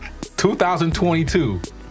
2022